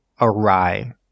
awry